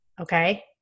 Okay